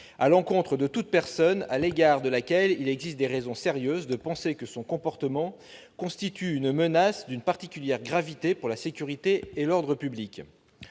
à l'encontre de toute personne à l'égard de laquelle il existe des raisons sérieuses de penser que son comportement constitue une menace d'une particulière gravité pour la sécurité et l'ordre publics